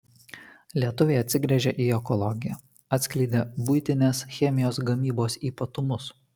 lietuviai atsigręžia į ekologiją atskleidė buitinės chemijos gamybos ypatumus